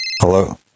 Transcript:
hello